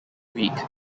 week